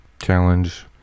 challenge